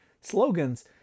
slogans